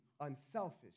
unselfish